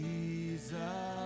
Jesus